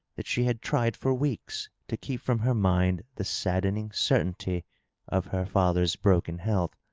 that she had tried for weeks to keep from her mind the saddening certainty of her father's broken health.